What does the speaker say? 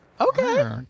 Okay